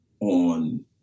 on